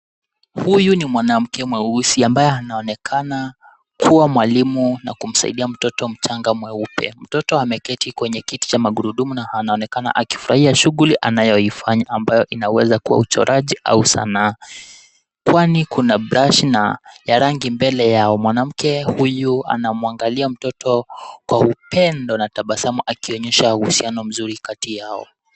Huyu ni mwanamke mweusi ambaye anaonekana kuwa mwalimu na kumsaidia mtoto mchana mweupe. Mtoto ameketi kwenye kiti cha magurudumu na anaonekana akifurahia shughuli anayoifanya ambayo inawezakuwa uchoraji au Sanaa. Kwani kuna brashi na ya rangi mbele yao, mwanamke huyu anamwangalia mtoto kwa upendo na tabasamu akionyesha uhusiano mzuri kati yao.